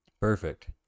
Perfect